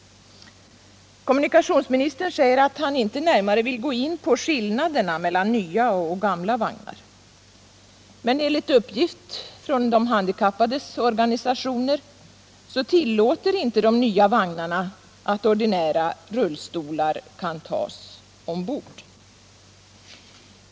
Kommunikationsministern säger att han inte närmare vill gå in på skillnaderna mellan nya och gamla vagnar, men enligt uppgift från de handikappades organisationer tillåter inte de nya vagnarna att ordinära rullstolar tas ombord.